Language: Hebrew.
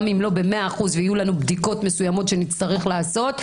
גם אם לא ב-100% ויהיו לנו בדיקות מסוימות שנצטרך לעשות,